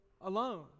alone